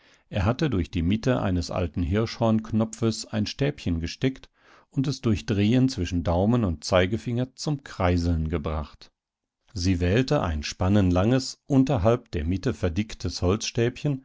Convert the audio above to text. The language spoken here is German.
er hatte durch die mitte eines alten hirschhornknopfes ein stäbchen gesteckt und es durch drehen zwischen daumen und zeigefinger zum kreiseln gebracht sie wählte ein spannenlanges unterhalb der mitte